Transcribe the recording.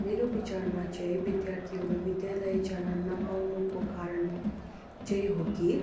मेरो विचारमा चाहिँ विद्यार्थीहरू विद्यालय जान नपाउनुको कारण चाहिँ हो कि